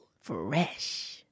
Fresh